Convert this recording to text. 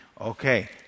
Okay